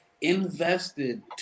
invested